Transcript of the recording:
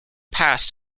passed